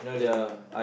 uh